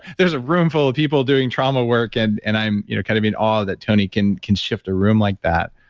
there's a room full of people doing trauma work, and and i'm you know kind of being all that tony can can shift a room like that